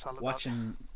watching